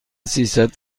سیصد